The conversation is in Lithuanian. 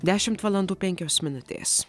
dešimt valandų penkios minutės